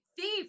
thief